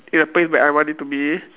in a place where I want it to be